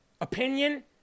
Opinion